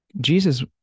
Jesus